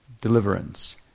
deliverance